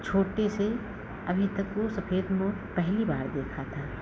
छोटे से अभी तक वह सफेद मोर पहली बार देखा था